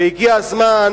והגיע הזמן